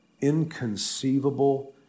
inconceivable